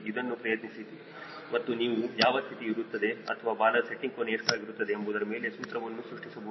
ಇದನ್ನು ಪ್ರಯತ್ನಿಸಿ ಮತ್ತು ನೀವು ಯಾವ ಸ್ಥಿತಿ ಇರುತ್ತದೆ ಅಥವಾ ಬಾಲದ ಸೆಟ್ಟಿಂಗ್ ಕೋನ ಎಷ್ಟು ಆಗಿರುತ್ತದೆ ಎಂಬುವುದರ ಮೇಲೆ ಸೂತ್ರವನ್ನು ಸೃಷ್ಟಿಸಬಹುದು